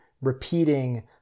repeating